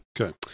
Okay